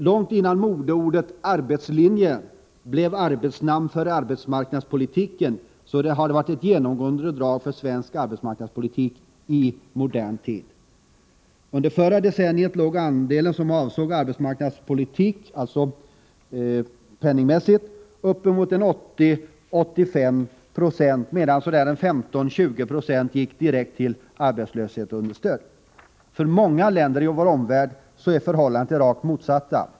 Långt innan modeordet arbetslinjen blev arbetsnamn för arbetsmarknadspolitiken har denna linje karakteriserat svensk arbetsmarknadspolitik i modern tid. Under förra decenniet låg andelen som avsåg arbetsmarknadspolitik penningmässigt uppemot 80-85 96, medan 15-20 96 gick direkt till arbetslöshetsunderstöd. För många länder i vår omvärld var förhållandet det rakt motsatta.